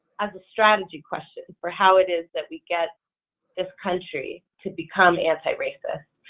as a strategy question for how it is that we get this country to become anti-racist.